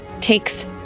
takes